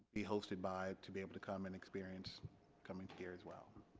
be hosted by to be able to come and experience coming here as well